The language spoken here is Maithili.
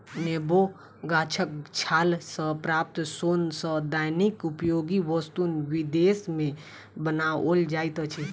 नेबो गाछक छाल सॅ प्राप्त सोन सॅ दैनिक उपयोगी वस्तु विदेश मे बनाओल जाइत अछि